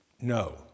No